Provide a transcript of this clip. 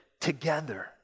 together